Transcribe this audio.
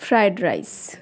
fried rice